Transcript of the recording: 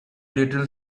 little